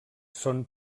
són